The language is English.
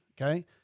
Okay